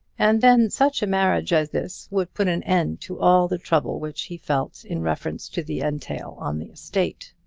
and then such a marriage as this would put an end to all the trouble which he felt in reference to the entail on the estate.